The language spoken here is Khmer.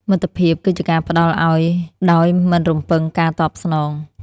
មិត្តភាពគឺជាការផ្ដល់ឱ្យដោយមិនរំពឹងការតបស្នង។